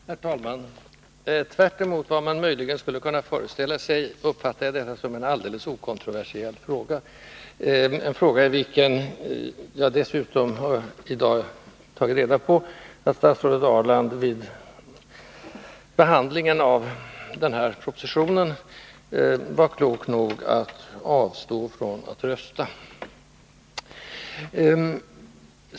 Herr talman! Tvärt emot vad man möjligen skulle kunna föreställa sig uppfattar jag denna fråga som alldeles okontroversiell. Det gäller en fråga där Karin Ahrland — det har jag dessutom till i dag tagit reda på — vid behandlingen av propositionen var klok nog att avstå från att rösta.